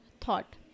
thought